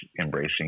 embracing